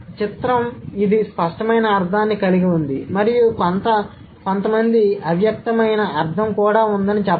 కాబట్టి చిత్రం ఇది స్పష్టమైన అర్థాన్ని కలిగి ఉంది మరియు కొంత మంది అవ్యక్తమైన అర్థం కూడా ఉందని చెప్పారు